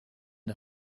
der